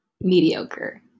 mediocre